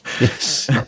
Yes